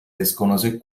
desconoce